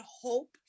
hope